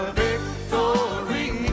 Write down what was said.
victory